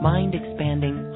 Mind-expanding